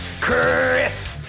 Chris